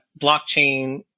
blockchain